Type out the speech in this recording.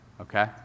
okay